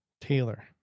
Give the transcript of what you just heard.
Taylor